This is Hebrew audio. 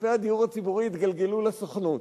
כספי הדיור הציבורי התגלגלו לסוכנות.